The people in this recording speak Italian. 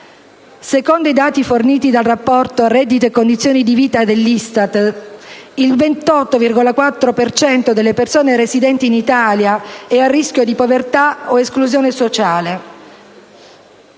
Secondo i dati forniti dal rapporto «Reddito e condizioni di vita» dell'ISTAT, il 28,4 per cento delle persone residenti in Italia è a rischio di povertà o esclusione sociale.